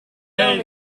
een